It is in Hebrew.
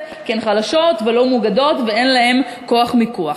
כי הן חלשות ולא מאוגדות ואין להן כוח מיקוח.